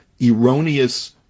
erroneous